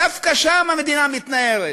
דווקא שם המדינה מתנערת.